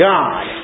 God